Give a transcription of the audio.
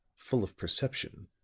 full of perception,